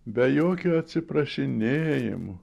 be jokių atsiprašinėjimų